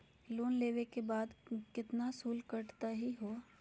Loan लेवे के बाद केतना शुल्क कटतही हो?